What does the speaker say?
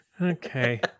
okay